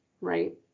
right